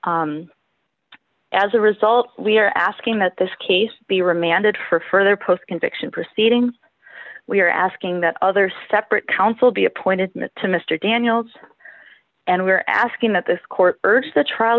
law as a result we are asking that this case be remanded for further post conviction proceedings we are asking that other separate counsel be appointed to mr daniels and we are asking that this court urge the trial